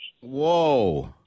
Whoa